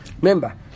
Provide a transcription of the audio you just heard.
Remember